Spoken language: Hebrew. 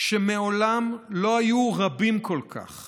שמעולם לא היו רבים כל כך